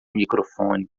microfone